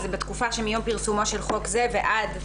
וזה "בתקופה שמיום פרסומו של חוק זה ועד"